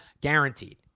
Guaranteed